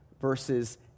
verses